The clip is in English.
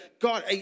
God